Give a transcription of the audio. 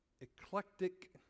eclectic